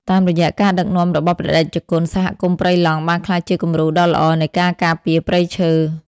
តាមរយៈការដឹកនាំរបស់ព្រះតេជគុណ សហគមន៍ព្រៃឡង់បានក្លាយជាគំរូដ៏ល្អនៃការការពារព្រៃឈើ។